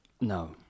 No